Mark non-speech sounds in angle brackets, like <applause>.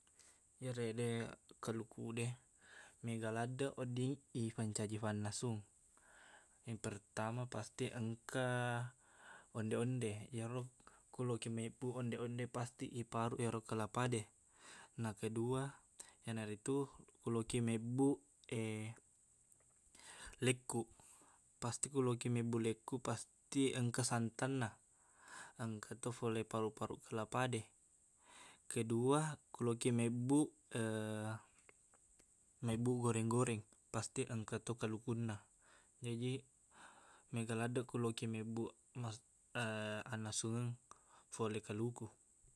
Iyerede kalukude mega laddeq wedding ipancaji fannasung yang pertama pasti engka onde-onde iyaro ko lokiq mebbuq onde-onde pasti iparuq ero kelapade nah kedua iyanaritu ko lokiq mebbuq <hesitation> lekkuq pasti ko lokiq mebbuq lekkuq pasti engka santanna engka to fole paruq-paruq kelapade kedua ku lokiq mebbuq- <hesitation> mebbuq goreng-goreng pasti engkato kalukunna jaji mega laddeq ku lokiq mebbuq mas- <hesitation> annasungeng fole kaluku